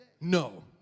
no